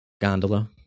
gondola